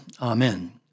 Amen